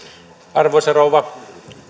arvoisa rouva